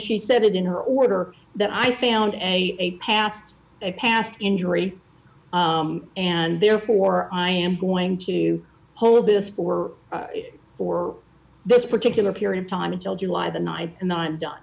she said it in her order that i found a past a past injury and therefore i am going to hold this for for this particular period of time until july the night and i'm done